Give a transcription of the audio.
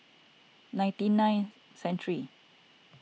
ninety nine century